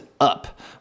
up